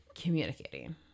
communicating